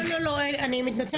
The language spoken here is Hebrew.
לא, לא, אני מתנצלת.